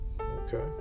Okay